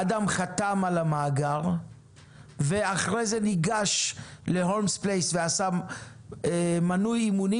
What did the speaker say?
אדם חתם על המאגר ואחרי זה ניגש להולמס פלייס ועשה מנוי אימונים